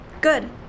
Good